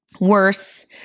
worse